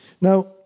Now